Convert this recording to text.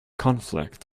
conflict